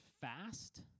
fast